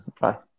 Bye